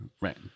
Right